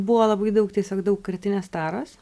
buvo labai daug tiesiog daugkartinės taros